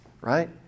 Right